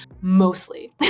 mostly